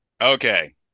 Okay